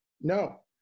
No